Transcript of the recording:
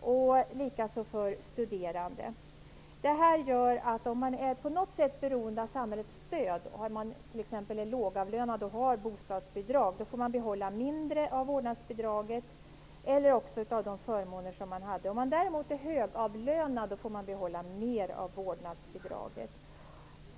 Detta gäller också för studerande. Detta gör att om man på något sätt är beroende av samhällets stöd, om man t.ex. är lågavlönad och har bostadsbidrag, får man behålla mindre av vårdnadsbidraget eller av de förmåner som man redan har. Om man däremot är högavlönad får man behålla mer av vårdnadsbidraget.